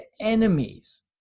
enemies